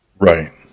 Right